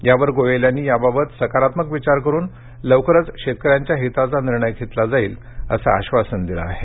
यावर गोयल यांनी याबाबत सकारात्मक विचार करून लवकरच शेतकऱ्यांच्या हिताचा निर्णय घेतला जाईल असे आश्वासन दिले आहे